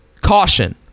caution